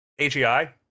AGI